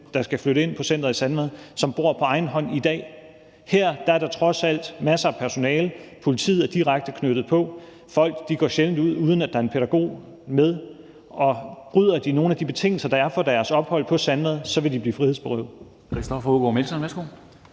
der skal flytte ind på centeret i Sandvad, og som bor på egen hånd i dag. Her er der trods alt masser af personale. Politiet er direkte tilknyttet. Folk går sjældent ud, uden at der er en pædagog med, og bryder de nogen af de betingelser, der er for deres ophold på Sandvad, vil de blive frihedsberøvet.